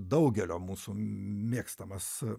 daugelio mūsų mėgstamas